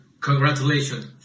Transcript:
Congratulations